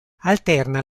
alterna